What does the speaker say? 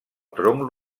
tronc